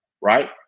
right